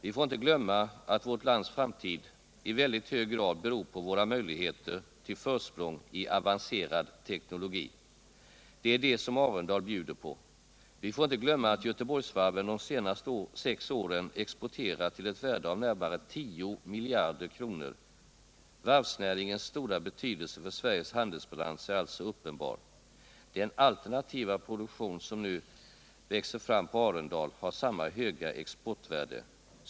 Vi får inte glömma att vårt lands framtid i väldigt hög grad beror på våra möjligheter till försprång i avancerad teknologi. Det är det som Arendal bjuder på. Vi får inte glömma att Göteborgsvarven de senaste sex åren exporterat till ett värde av närmare 10 miljarder. Varvsnäringens stora betydelse för Sveriges handelsbalans är alltså uppenbar. Den alternativa produktion som nu växer fram på Arendal har samma höga exportvärde.